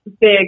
big